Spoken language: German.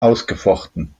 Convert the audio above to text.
ausgefochten